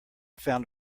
found